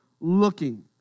looking